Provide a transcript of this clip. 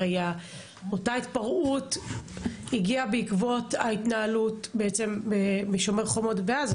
הרי אותה התפרעות הגיעה בעקבות ההתנהלות בשומר חומות ועזה,